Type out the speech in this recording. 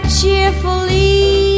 cheerfully